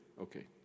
okay